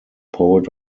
poet